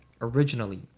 Originally